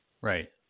Right